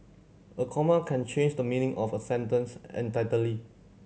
a comma can change the meaning of a sentence